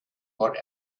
what